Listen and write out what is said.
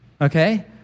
okay